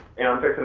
and